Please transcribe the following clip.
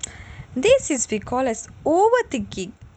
this is what we call as overthinking